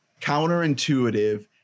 counterintuitive